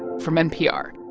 from npr